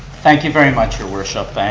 thank you very much your worship, and